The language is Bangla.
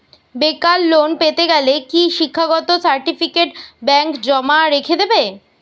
বেকার লোন পেতে গেলে কি শিক্ষাগত সার্টিফিকেট ব্যাঙ্ক জমা রেখে দেবে?